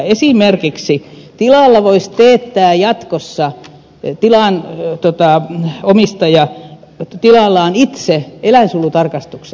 esimerkiksi tilanomistaja voisi teettää jatkossa tilallaan itse eläinsuojelutarkastuksen